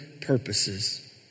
purposes